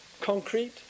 concrete